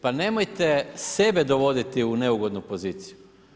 Pa nemojte sebe dovoditi u neugodnu poziciju.